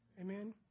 Amen